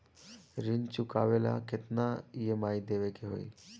ऋण चुकावेला केतना ई.एम.आई देवेके होई?